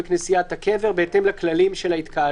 בכנסיית הקבר ובמסגד אל אקצא בהתאם לכללים של ההתקהלות.